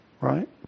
Right